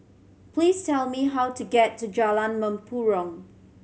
please tell me how to get to Jalan Mempurong